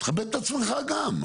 תכבד את עצמך גם.